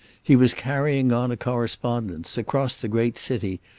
he was carrying on a correspondence, across the great city,